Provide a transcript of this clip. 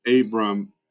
Abram